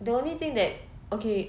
the only thing that okay